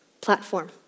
platform